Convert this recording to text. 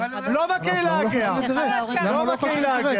--- או שאחד ההורים, חלילה, לא בחיים.